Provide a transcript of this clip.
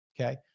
okay